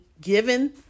given